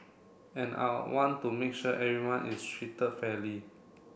and I want to make sure everyone is treated fairly